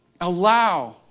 allow